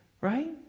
Right